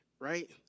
right